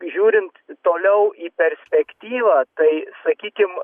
žiūrint toliau į perspektyvą tai sakykim